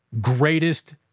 greatest